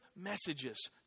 messages